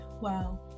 Wow